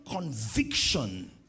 conviction